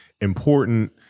important